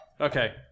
Okay